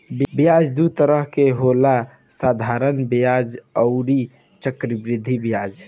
ब्याज दू तरह के होला साधारण ब्याज अउरी चक्रवृद्धि ब्याज